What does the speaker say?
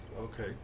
Okay